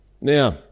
Now